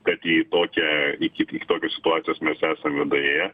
kad į tokią iki iki tokios situacijos mes esame daėję